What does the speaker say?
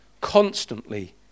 constantly